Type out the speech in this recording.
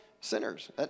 sinners